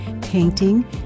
painting